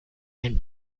and